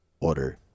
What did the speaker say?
Order